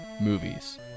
movies